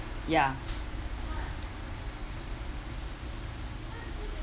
ya